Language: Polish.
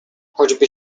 choćby